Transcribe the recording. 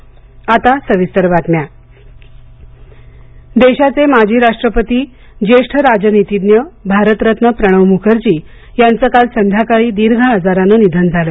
प्रणव मुखर्जी देशाचे माजी राष्ट्रपती ज्येष्ठ राजनितीज्ञ भारतरत्न प्रणव मुखर्जी यांचं काल संध्याकाळी दीर्घ आजरानं निधन झालं